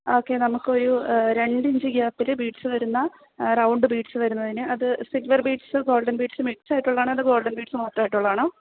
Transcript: okay നമ്മള്ക്കൊരു രണ്ടിഞ്ച് ഗ്യാപ്പില് ബീഡ്സ് വരുന്ന റൗണ്ട് ബീഡ്സ് വരുന്നതിന് അത് സില്വര് ബീഡ്സ് ഗോള്ഡന് ബീഡ്സും മിക്സായിട്ടുള്ളതാണോ അതോ ഗോള്ഡന് ബീഡ്സ് മാത്രമായിട്ടുള്ളതാണോ